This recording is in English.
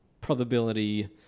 probability